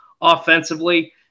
offensively